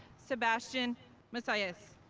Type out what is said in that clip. sebastian macias.